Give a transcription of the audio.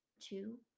two